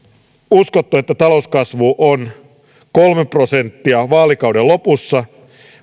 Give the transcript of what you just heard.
uskottu että talouskasvu on kolme prosenttia vaalikauden lopussa